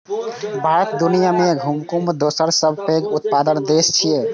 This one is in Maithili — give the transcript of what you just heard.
भारत दुनिया मे गहूमक दोसर सबसं पैघ उत्पादक देश छियै